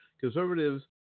conservatives